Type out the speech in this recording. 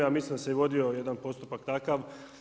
Ja mislim da se i vodio jedan postupak takav.